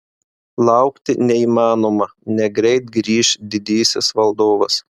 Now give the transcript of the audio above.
laukti neįmanoma negreit grįš didysis valdovas